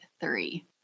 three